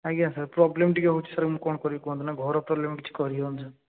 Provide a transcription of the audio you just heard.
ଆଜ୍ଞା sir problem ଟିକେ ହଉଛି ସାର୍ ମୁଁ କ'ଣ କରିବି କୁହନ୍ତୁ ନା ଘର ପ୍ରୋବ୍ଲେମ କିଛି କରି ହବନି ସାର୍